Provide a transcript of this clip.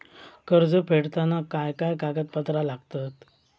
कर्ज फेडताना काय काय कागदपत्रा लागतात?